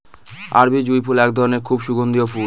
আরবি জুঁই ফুল এক ধরনের খুব সুগন্ধিও ফুল